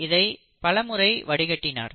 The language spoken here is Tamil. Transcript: இதை பலமுறை வடிகட்டினார்